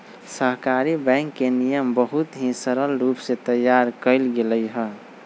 सहकारी बैंक के नियम के बहुत ही सरल रूप से तैयार कइल गैले हई